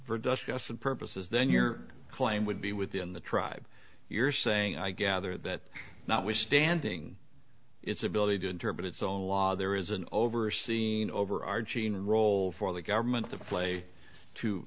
the purposes then your claim would be within the tribe you're saying i gather that notwithstanding its ability to interpret its own law there is an overseeing overarching role for the government to play to